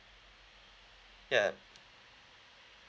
yeah